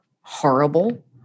horrible